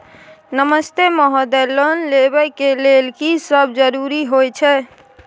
नमस्ते महोदय, लोन लेबै के लेल की सब जरुरी होय छै?